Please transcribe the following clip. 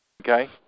Okay